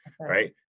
right